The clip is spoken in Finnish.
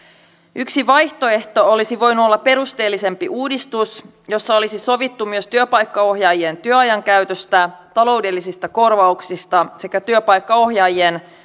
yksi vaihtoehto olisi voinut olla perusteellisempi uudistus jossa olisi sovittu myös työpaikkaohjaajien työajan käytöstä taloudellisista korvauksista sekä työpaikkaohjaajien